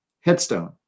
headstone